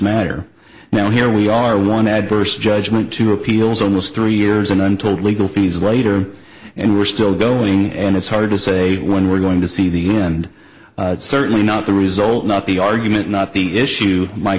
matter now here we are one adverse judgment two appeals almost three years and untold legal fees later and we're still going and it's hard to say when we're going to see the end certainly not the result not the argument not the issue my